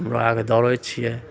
हमरा आरके दौड़े छियै